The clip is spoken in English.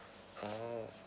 oh